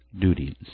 duties